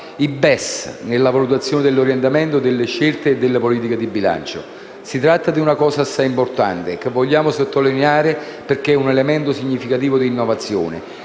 (BES), nella valutazione e nell'orientamento delle scelte e delle politiche di bilancio. Si tratta di una cosa assai importante che vogliamo sottolineare, perché è un elemento significativo di innovazione,